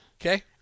Okay